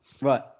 Right